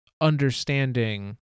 understanding